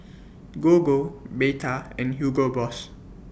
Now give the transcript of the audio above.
Gogo Bata and Hugo Boss